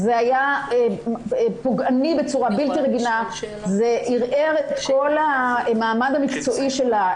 זה היה פוגעני בצורה בלתי רגילה וזה ערער את כל המעמד המקצועי שלה,